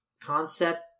concept